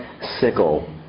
sickle